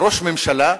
כראש ממשלה,